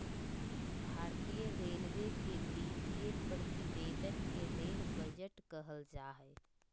भारतीय रेलवे के वित्तीय प्रतिवेदन के रेल बजट कहल जा हइ